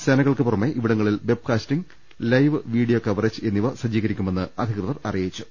സേന കൾക്കു പുറമെ ഇവിടങ്ങളിൽ വെബ്കാസ്റ്റിംഗ് ലൈവ് വീഡിയോ കവറേജും സജ്ജീകരിക്കുമെന്ന് അധികൃതർ അറിയിച്ചു